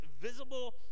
visible